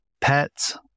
pets